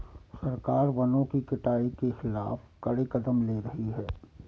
सरकार वनों की कटाई के खिलाफ कड़े कदम ले रही है